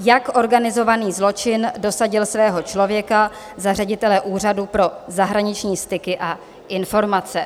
Jak organizovaný zločin dosadil svého člověka za ředitele Úřadu pro zahraniční styky a informace.